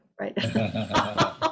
right